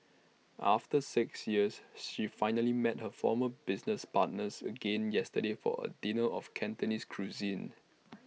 after six years she finally met her former business partners again yesterday for A dinner of Cantonese cuisine